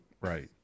right